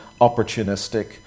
opportunistic